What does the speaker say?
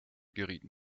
gerieten